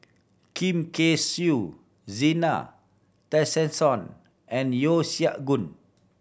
Kay Siu Zena Tessensohn and Yeo Siak Goon